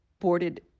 boarded